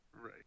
Right